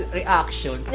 reaction